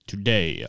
Today